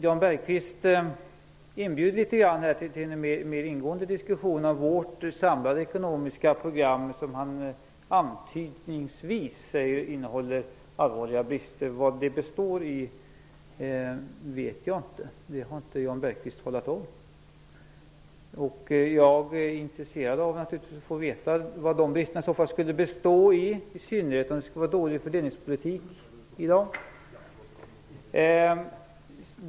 Jan Bergqvist inbjuder till en mer ingående diskussion om vårt samlade ekonomiska program, som han antydningsvis säger innehåller allvarliga brister. Vad de består i vet jag inte. Det har inte Jan Bergqvist talat om. Jag är naturligtvis intresserad av att få veta vad dessa brister i så fall skulle bestå i, i synnerhet om de skulle innebära dålig fördelningspolitik.